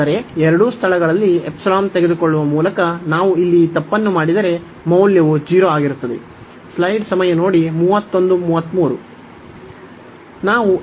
ಆದರೆ ಎರಡೂ ಸ್ಥಳಗಳಲ್ಲಿ ತೆಗೆದುಕೊಳ್ಳುವ ಮೂಲಕ ನಾವು ಇಲ್ಲಿ ಈ ತಪ್ಪನ್ನು ಮಾಡಿದರೆ ಮೌಲ್ಯವು 0 ಆಗಿರುತ್ತದೆ